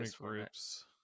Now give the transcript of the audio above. groups